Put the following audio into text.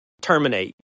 terminate